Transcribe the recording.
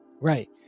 Right